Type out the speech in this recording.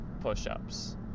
push-ups